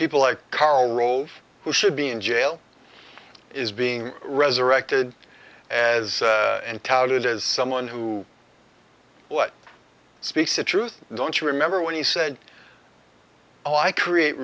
people like karl rove who should be in jail is being resurrected as touted as someone who what speaks the truth don't you remember when he said oh i create